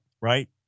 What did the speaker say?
right